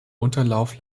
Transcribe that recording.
unterlauf